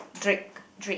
drake drake